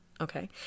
Okay